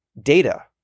data